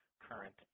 current